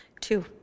two